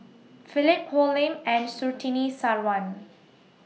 Philip Hoalim and Surtini Sarwan